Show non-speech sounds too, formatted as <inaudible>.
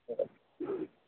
<unintelligible>